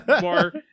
more